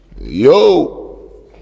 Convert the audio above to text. Yo